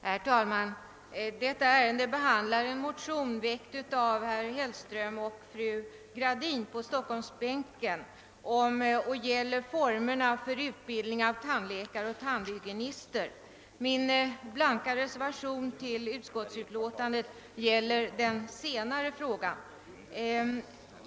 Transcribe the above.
Herr talman! I förevarande utskottsutlåtande behandlas två likalydande motioner, av vilka den ena undertecknats av herr Hellström och fru Gradin på Stockholmsbänken i denna kammare. Motionerna rör formerna för utbildning av tandläkare och tandhygienister. Min blanka reservation till utskottets utlåtande gäller den senare frågan.